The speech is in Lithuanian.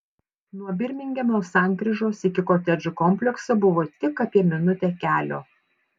nuo birmingemo sankryžos iki kotedžų komplekso buvo tik apie minutę kelio